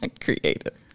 creative